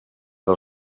del